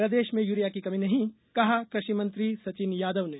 प्रदेश में यूरिया की कमी नहीं कहा कृषिमंत्री सचिन यादव ने